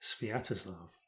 Sviatoslav